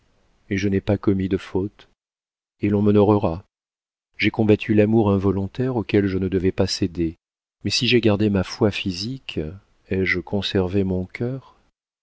et je n'ai pas commis de fautes et l'on m'honorera j'ai combattu l'amour involontaire auquel je ne devais pas céder mais si j'ai gardé ma foi physique ai-je conservé mon cœur